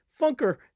Funker